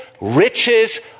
riches